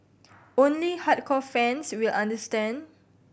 only hardcore fans will understand